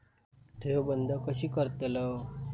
ठेव बंद कशी करतलव?